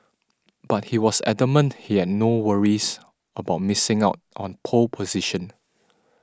but he was adamant he had no worries about missing out on pole position